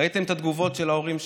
ראיתם את התגובות של ההורים שם,